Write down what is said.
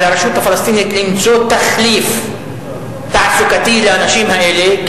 ועל הרשות הפלסטינית למצוא תחליף תעסוקתי לאנשים האלה,